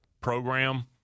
program